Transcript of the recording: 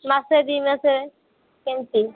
ମାସେ ଦି ମାସେ କେମିତି